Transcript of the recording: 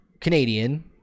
Canadian